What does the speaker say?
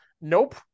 Nope